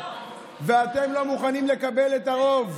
ואתם לא מוכנים לקבל את הרוב.